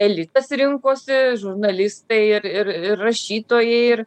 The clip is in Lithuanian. elitas rinkosi žurnalistai ir ir ir rašytojai ir